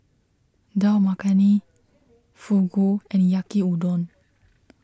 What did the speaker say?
Dal Makhani Fugu and Yaki Udon